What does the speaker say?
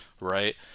right